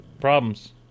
Problems